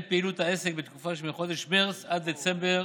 פעילות העסק בתקופה שמחודש מרץ עד דצמבר